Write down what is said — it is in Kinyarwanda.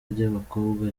ry’abakobwa